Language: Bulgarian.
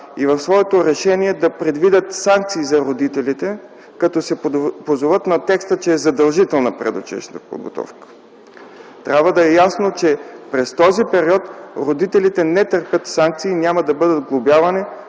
и в своето решение да предвидят санкции за родителите, като се позоват на текста, че е задължителна предучилищната подготовка. Трябва да е ясно, че през този период родителите не търпят санкции и няма да бъдат глобявани